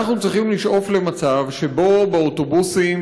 אנחנו צריכים לשאוף למצב שבו באוטובוסים,